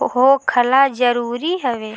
होखल जरुरी हवे